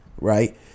Right